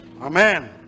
Amen